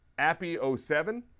Appy07